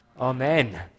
Amen